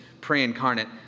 pre-incarnate